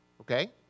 okay